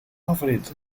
afrit